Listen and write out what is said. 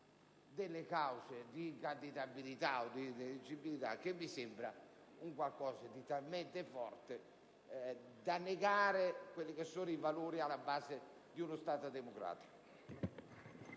delle cause di incandidabilità od ineleggibilità. Mi sembra un qualcosa di talmente forte da negare i valori alla base di uno Stato democratico.